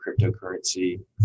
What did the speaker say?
cryptocurrency